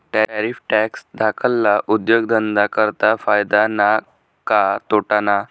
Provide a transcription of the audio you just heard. Tariff tax धाकल्ला उद्योगधंदा करता फायदा ना का तोटाना?